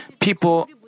people